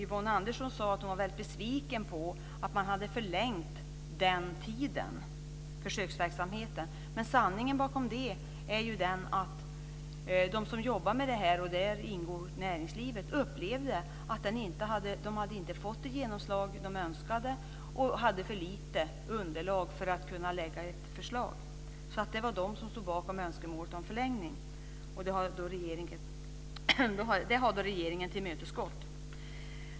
Yvonne Andersson sade att hon var väldigt besviken på att man hade förlängt tiden för försöksverksamheten. Sanningen bakom det är att de som jobbar med detta, och där ingår näringslivet, upplevde att de inte hade fått det genomslag de önskade och hade för lite underlag för att kunna lägga fram ett förslag. Det var de som stod bakom önskemålet om förlängning. Det har regeringen tillmötesgått.